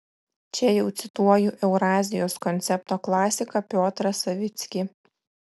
čia jau cituoju eurazijos koncepto klasiką piotrą savickį